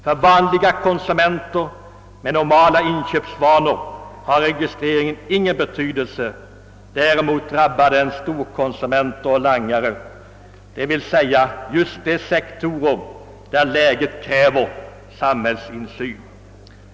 För vanliga konsumenter med normala inköpsvanor har registreringen ingen betydelse. Däremot drabbar den storkonsumenter och langare, d.v.s. just de sektorer där läget kräver samhällsinsyn.